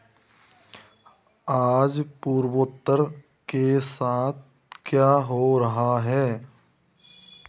आज पूर्वोत्तर के साथ क्या हो रहा है